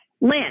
Lynn